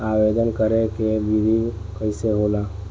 आवेदन करे के विधि कइसे होला?